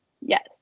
Yes